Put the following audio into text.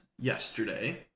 yesterday